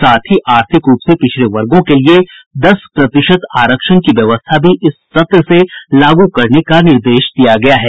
साथ ही आर्थिक रूप से पिछड़े वर्गों के लिए दस प्रतिशत आरक्षण की व्यवस्था भी इस सत्र से लागू करने का निर्देश दिया गया है